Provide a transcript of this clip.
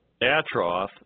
Atroth